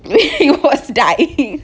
he was dying